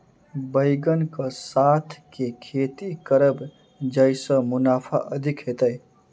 बैंगन कऽ साथ केँ खेती करब जयसँ मुनाफा अधिक हेतइ?